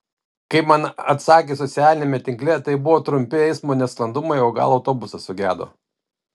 kaip man atsakė socialiniame tinkle tai buvo trumpi eismo nesklandumai o gal autobusas sugedo